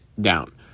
down